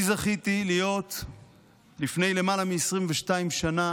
אני זכיתי להיות לפני למעלה מ-22 שנה